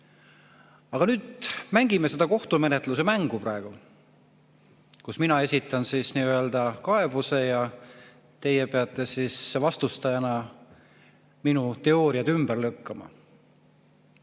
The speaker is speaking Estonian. Aga mängime nüüd kohtumenetluse mängu, kus mina esitan kaebuse ja teie peate vastustajana minu teooriad ümber lükkama.